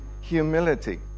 Humility